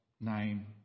name